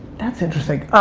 that's interesting.